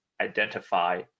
identify